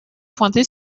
pointer